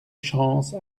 chance